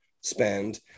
spend